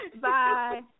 Bye